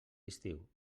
estiu